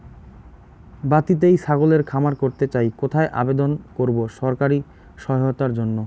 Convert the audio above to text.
বাতিতেই ছাগলের খামার করতে চাই কোথায় আবেদন করব সরকারি সহায়তার জন্য?